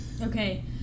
Okay